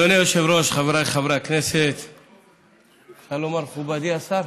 חבריי חברי הכנסת, אפשר לומר מכובדי השר?